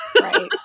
right